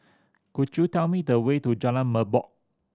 could you tell me the way to Jalan Merbok